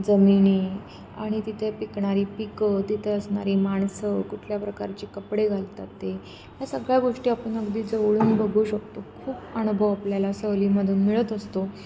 जमिनी आणि तिथे पिकणारी पिकं तिथे असणारी माणसं कुठल्या प्रकारचे कपडे घालतात ते ह्या सगळ्या गोष्टी आपण अगदी जवळून बघू शकतो खूप अनुभव आपल्याला सहलीमधून मिळत असतो